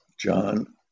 John